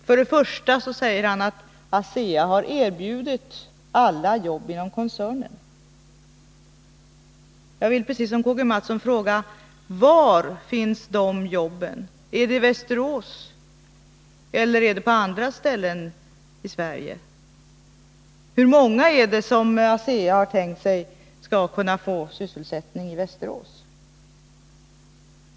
Industriministern säger att ASEA har erbjudit alla anställda jobb inom koncernen. Jag vill, precis som K.-G. Mathsson, fråga: Var finns dessa jobb? Är det i Västerås, eller på andra ställen i Sverige? Hur många är det som enligt ASEA skall kunna få sysselsättning i Västerås?